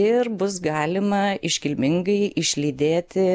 ir bus galima iškilmingai išlydėti